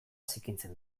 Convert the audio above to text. zikintzen